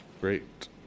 Great